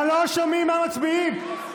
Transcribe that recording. לא שומעים מה מצביעים.